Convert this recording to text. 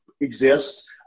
exist